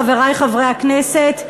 חברי חברי הכנסת,